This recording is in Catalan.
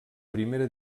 primera